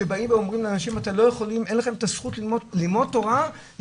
שבאים ואומרים לאנשים אין לכם זאת הזכות ללמוד תורה,